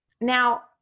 Now